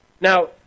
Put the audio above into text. Now